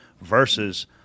versus